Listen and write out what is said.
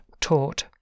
taught